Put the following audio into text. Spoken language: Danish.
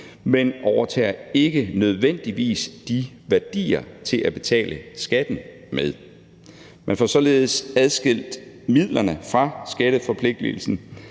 men overtager ikke nødvendigvis værdierne til at betale skatten med. Man får således adskilt midlerne fra skatteforpligtigelsen,